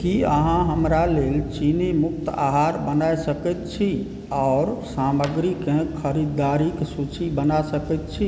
की अहाँ हमरा लेल चीनीमुक्त आहार बनाय सकैत छी आओर सामग्रीकेँ खरीदारीक सूची बना सकैत छी